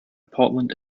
portland